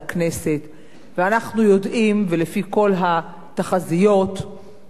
אנחנו יודעים, ולפי כל התחזיות ברור לגמרי